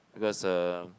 because uh